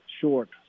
short